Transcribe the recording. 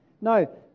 No